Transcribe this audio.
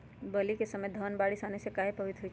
बली क समय धन बारिस आने से कहे पभवित होई छई?